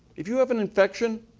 if you have an infection,